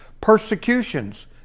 persecutions